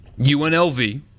UNLV